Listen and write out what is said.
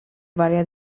varia